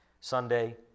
Sunday